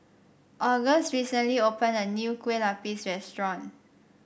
August recently opened a new Kue Lupis restaurant